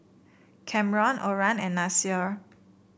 Camron Oran and Nasir